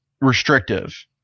restrictive